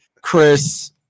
Chris